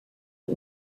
ont